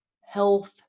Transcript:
health